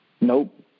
Nope